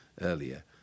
earlier